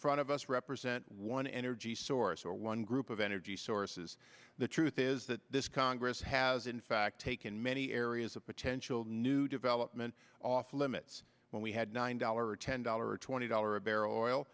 front of us represent one energy source or one group of energy sources the truth is that this congress has in fact taken many areas of potential new development off limits when we had nine dollars ten dollars or twenty dollar a barrel oil